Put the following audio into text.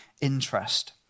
interest